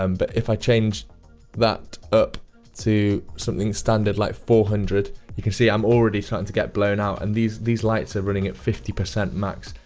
um but if i change that up to something standard like four hundred, you can see i'm already starting to get blown out and these these lights are running at fifty percent max.